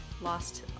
lost